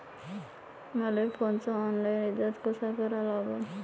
मले फोनचा online recharge कसा करा लागन?